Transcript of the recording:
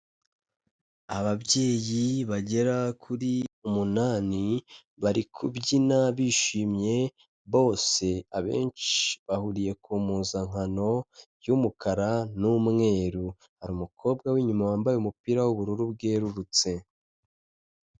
Ababyeyi bagera kuri umunani bari kubyina bishimye bose abenshi bahuriye kumpuzankano y'umukara n'umweru, hari umukobwa w'inyuma wambaye umupira w'ubururu bwerurutse.